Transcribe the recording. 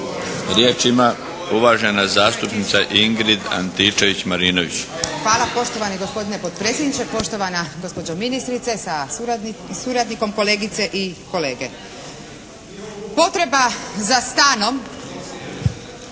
Riječ ima uvažena zastupnica Ingrid Antičević Marinović. **Antičević Marinović, Ingrid (SDP)** Hvala poštovani gospodine potpredsjedniče, poštovana gospođo ministrice sa suradnikom, kolegice i kolege. Potreba za stanom